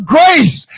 grace